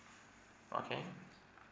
okay